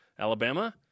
Alabama